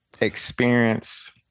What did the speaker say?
experience